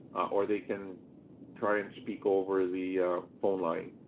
or they can try and speak over the phone like